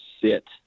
sit